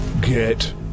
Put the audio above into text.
Get